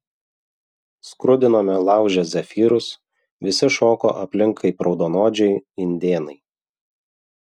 skrudinome lauže zefyrus visi šoko aplink kaip raudonodžiai indėnai